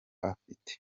afite